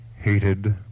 hated